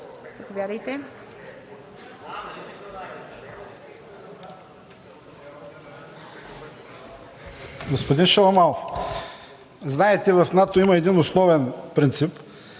Господин Шаламанов, знаете, че в НАТО има един основен принцип: